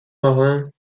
marins